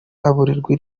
aburirwa